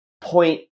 point